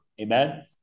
Amen